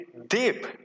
deep